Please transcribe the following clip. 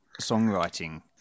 songwriting